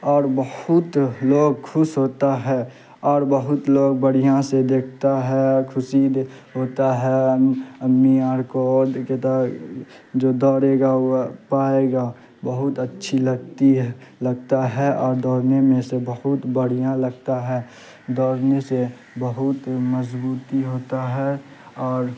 اور بہت لوگ خوش ہوتا ہے اور بہت لوگ بڑھیا سے دیکھتا ہے خوشی ہوتا ہے ام امی اور کو جو دوڑے گا وہ پائے گا بہت اچھی لگتی ہے لگتا ہے اور دوڑنے میں سے بہت بڑھیا لگتا ہے دوڑنے سے بہت مضبوطی ہوتا ہے اور